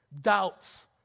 doubts